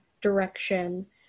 direction